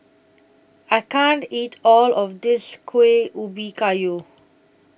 I can't eat All of This Kuih Ubi Kayu